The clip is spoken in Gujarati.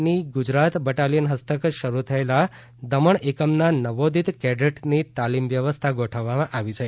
ની ગુજરાત બટાલિયન હસ્તક શરૂ થયેલા દમણ એકમના નવોદિત કેડેટની તાલીમની વ્યવસ્થા ગોઠવવામાં આવી છે